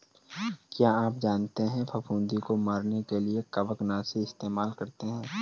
क्या आप जानते है फफूंदी को मरने के लिए कवकनाशी इस्तेमाल करते है?